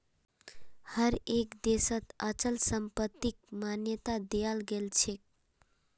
हर एक देशत अचल संपत्तिक मान्यता दियाल गेलछेक